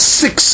six